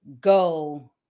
go